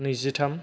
नैजि थाम